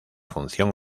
función